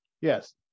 Yes